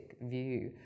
view